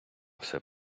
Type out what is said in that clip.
все